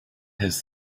his